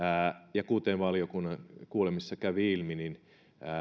ja kuten valiokunnan kuulemisessa kävi ilmi niin